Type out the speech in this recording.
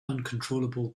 uncontrollable